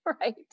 right